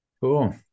Cool